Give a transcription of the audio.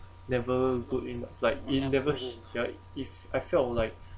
never good in like it never if I felt like